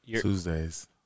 Tuesdays